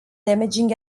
damaging